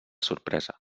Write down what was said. sorpresa